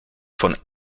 von